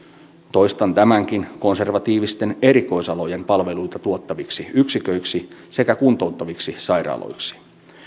toistan tämänkin konservatiivisten erikoisalojen palveluita tuottaviksi yksiköiksi sekä kuntouttaviksi sairaaloiksi